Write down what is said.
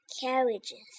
carriages